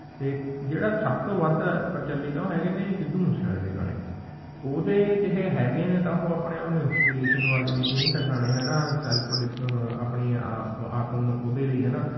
ਅਤੇ ਜਿਹੜਾ ਸਭ ਤੋਂ ਵੱਧ ਪ੍ਰਚਲਿਤ ਆ ਉਹ ਹੈਗੇ ਨੇ ਜੀ ਸਿੱਧੂ ਮੂਸੇ ਵਾਲੇ ਦੇ ਗਾਣੇ ਉਹਦੇ 'ਚ ਇਹ ਹੈਗੇ ਨੇ ਤਾਂ ਉਹ ਆਪਣੇ ਆਪ ਨੂੰ ਇੰਸਪੀਰੇਸ਼ਨ ਵਾਲੇ ਵੀ ਕਈ ਤਾਂ ਗਾਣੇ ਹੈ ਨਾ ਸੈਲਫ ਡਿਫ ਆਪਣੀਆਂ ਆਤਮ ਉਹਦੇ ਲਈ ਹੈ ਨਾ